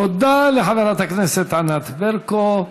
תודה לחברת הכנסת ענת ברקו.